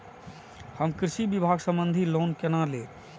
हम कृषि विभाग संबंधी लोन केना लैब?